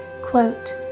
quote